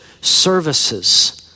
services